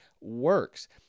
works